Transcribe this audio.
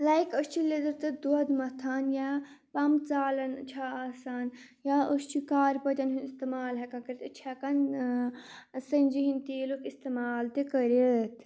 like أسۍ چھِ لیٚدٕر تہٕ دۄد مَتھان یا پَمہٕ ژالَن چھِ آسان یا أسۍ چھِ کارپٲتٮ۪ن ہُنٛد اِستعمال ہٮ۪کان کٔرِتھ أسۍ چھِ ہٮ۪کان سنٛجی ہٕنٛدِ تیٖلُک اِستعمال تہِ کٔرِتھ